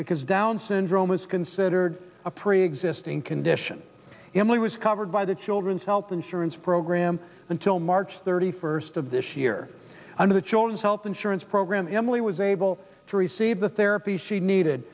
because down syndrome is considered a preexist in condition emily was covered by the children's health insurance program until march thirty first of this year under the children's health insurance program employee was able to receive the therapy she needed